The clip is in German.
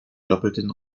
doppelten